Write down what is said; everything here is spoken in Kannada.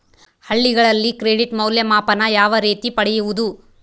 ಹಳ್ಳಿಗಳಲ್ಲಿ ಕ್ರೆಡಿಟ್ ಮೌಲ್ಯಮಾಪನ ಯಾವ ರೇತಿ ಪಡೆಯುವುದು?